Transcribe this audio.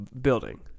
building